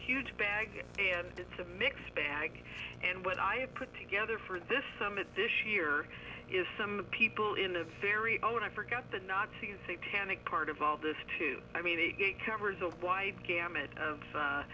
huge bag it's a mixed bag and what i put together for this summit this year is some people in a very own i forget the nazis a panic part of all this too i mean it covers a wide gamut of